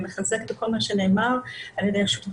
אני מחזקת את כל מה שנאמר על ידי המשתתפים,